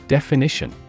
Definition